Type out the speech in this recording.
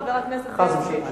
חס ושלום.